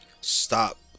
stop